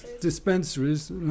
dispensaries